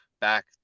back